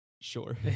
Sure